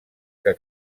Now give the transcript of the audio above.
que